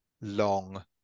long